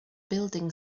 building